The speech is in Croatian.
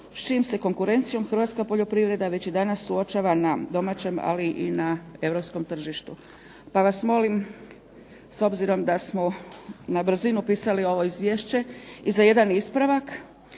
s čijom se konkurencijom Hrvatska poljoprivreda već danas suočava na domaćem ali i na europskom tržištu. Pa vas molim s obzirom da smo na brzinu pisali ovo Izvješće, i za jedan ispravak,